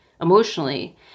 emotionally